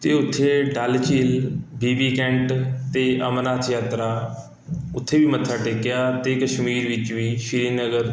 ਅਤੇ ਉੱਥੇ ਡੱਲ ਝੀਲ ਬੀ ਬੀ ਕੈਂਟ ਅਤੇ ਅਮਰਨਾਥ ਯਾਤਰਾ ਉਥੇ ਵੀ ਮੱਥਾ ਟੇਕਿਆ ਅਤੇ ਕਸ਼ਮੀਰ ਵਿੱਚ ਵੀ ਸ਼੍ਰੀਨਗਰ